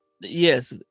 yes